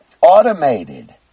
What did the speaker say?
automated